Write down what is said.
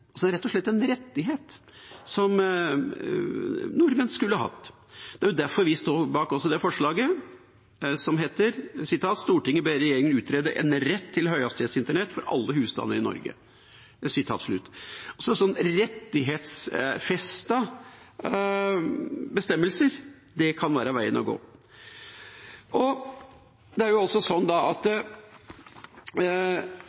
som nordmenn skulle hatt. Det er også derfor vi står bak det forslaget som lyder: «Stortinget ber regjeringen utrede en rett til høyhastighetsinternett for alle husstander i Norge.» Rettighetsfestede bestemmelser kan være veien å gå. Man kan også lure på, sånn som situasjonen har utviklet seg: Vi har altså begynt å leke med 5G, flere områder får 5G, og det er